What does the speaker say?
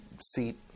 seat